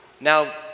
Now